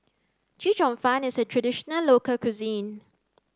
Chee Cheong Fun is a traditional local cuisine